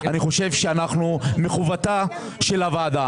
אני חושב שזה מחובתה של הוועדה.